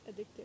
addictive